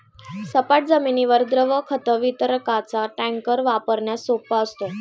सपाट जमिनीवर द्रव खत वितरकाचा टँकर वापरण्यास सोपा असतो